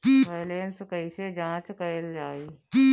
Balance कइसे जांच कइल जाइ?